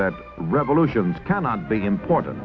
that revolutions cannot be important